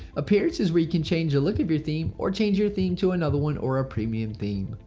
appearance is where you can change the look of your theme or change your theme to another one or a premium theme.